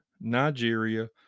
Nigeria